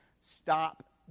Stop